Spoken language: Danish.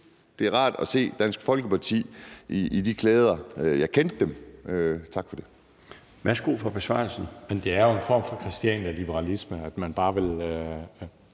Det er rart at se Dansk Folkeparti i de klæder, jeg kendte dem i – tak for det.